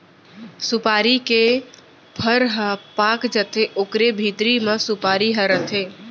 सुपारी के फर ह पाक जाथे ओकरे भीतरी म सुपारी ह रथे